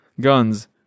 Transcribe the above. guns